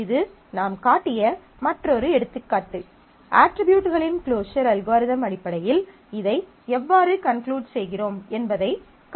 இது நாம் காட்டிய மற்றொரு எடுத்துக்காட்டு அட்ரிபியூட்களின் க்ளோஸர் அல்காரிதம் அடிப்படையில் இதை எவ்வாறு கன்க்குளுட் செய்கிறோம் என்பதைக் காட்டுகிறோம்